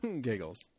Giggles